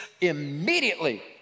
immediately